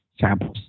samples